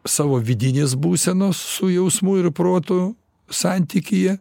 savo vidinės būsenos su jausmu ir protu santykyje